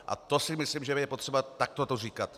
A to si myslím, že je potřeba takto to říkat.